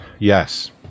Yes